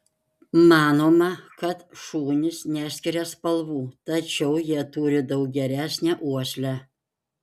manoma kad šunys neskiria spalvų tačiau jie turi daug geresnę uoslę